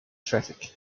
traffic